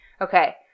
Okay